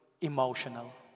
emotional